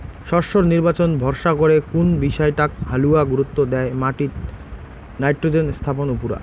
শস্যর নির্বাচন ভরসা করে কুন বিষয়টাক হালুয়া গুরুত্ব দ্যায় মাটিত নাইট্রোজেন স্থাপন উপুরা